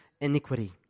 iniquity